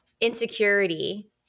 insecurity